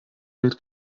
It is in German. geld